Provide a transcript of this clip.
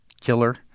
killer